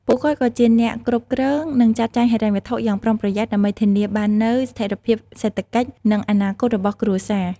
ពួកគាត់ក៏ជា អ្នកគ្រប់គ្រង និងចាត់ចែងហិរញ្ញវត្ថុ យ៉ាងប្រុងប្រយ័ត្នដើម្បីធានាបាននូវស្ថិរភាពសេដ្ឋកិច្ច និងអនាគតរបស់គ្រួសារ។